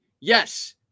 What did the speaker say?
yes